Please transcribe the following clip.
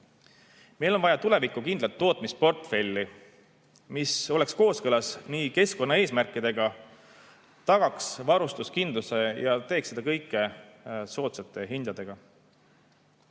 Meil on vaja tulevikukindlat tootmisportfelli, mis oleks kooskõlas keskkonnaeesmärkidega, tagaks varustuskindluse ja teeks seda kõike soodsate hindadega.